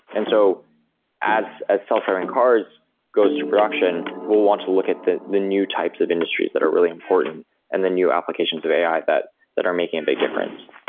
and so as as self driving cars goes to production, we'll want to look at the the new types of industries that are really important and the new applications of ai that that are making a big difference.